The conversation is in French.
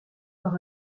par